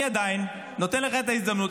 אני עדיין נותן לך את ההזדמנות,